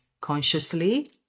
consciously